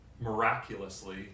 miraculously